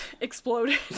Exploded